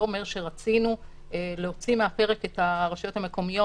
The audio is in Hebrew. אומר שרצינו להוציא מהפרק את הרשויות המקומיות.